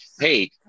hey